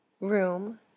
room